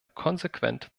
konsequent